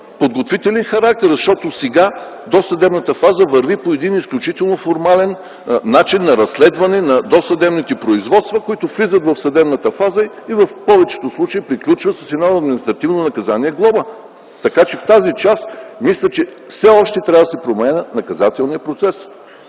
подготвителен характер. Защото сега досъдебната фаза върви по един изключително формален начин на разследване на досъдебните производства, които влизат в съдебната фаза и в повечето случаи приключват с административно наказание – глоба. Така, че в тази част мисля, че все още трябва да се променя наказателният процес.